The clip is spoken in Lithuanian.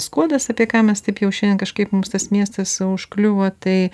skuodas apie ką mes taip jau šiandien kažkaip mums tas miestas užkliuvo tai